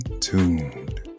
tuned